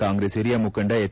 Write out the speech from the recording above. ಕಾಂಗ್ರೆಸ್ ಹಿರಿಯ ಮುಖಂಡ ಎಚ್